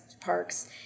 parks